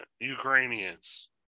Ukrainians